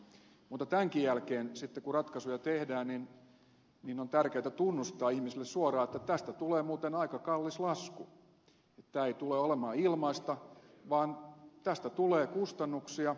mutta tämänkin jälkeen sitten kun ratkaisuja tehdään on tärkeätä tunnustaa ihmisille suoraan että tästä tulee muuten aika kallis lasku että tämä ei tule olemaan ilmaista vaan tästä tulee kustannuksia